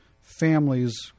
families